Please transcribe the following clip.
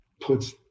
puts